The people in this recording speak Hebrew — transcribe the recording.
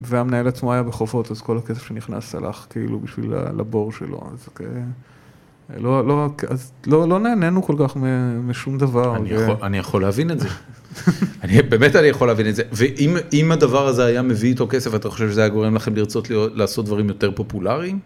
והמנהל עצמו היה בחבות, אז כל הכסף שנכנס הלך כאילו בשביל לבור שלו, אז לא נהננו כל כך משום דבר. אני יכול להבין את זה, באמת אני יכול להבין את זה. ואם הדבר הזה היה מביא איתו כסף, אתה חושב שזה היה גורם לכם לרצות לעשות דברים יותר פופולריים?